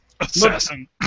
Assassin